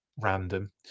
random